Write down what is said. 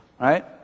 Right